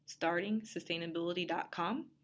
Startingsustainability.com